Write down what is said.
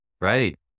Right